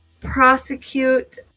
prosecute